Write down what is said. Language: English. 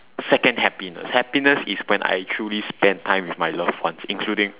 second happiness happiness is when I truly spend time with my loved ones including